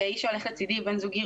כי האיש שהולך לצידי ובן זוגי,